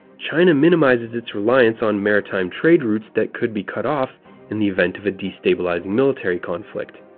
china minimizes its reliance on maritime trade routes that could be cut off in the event of a destabilizing military conflict.